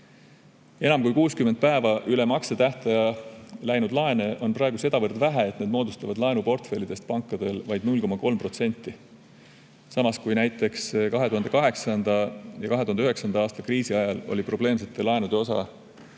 Enam kui 60 päeva üle maksetähtaja läinud laene on praegu sedavõrd vähe, et need moodustavad laenuportfellidest pankadel vaid 0,3%, samas kui näiteks 2008. ja 2009. aasta kriisi ajal oli probleemsete laenude osa